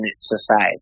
society